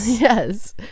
yes